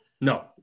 No